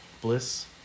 bliss